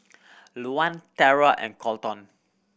Louann Terra and Colton